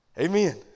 Amen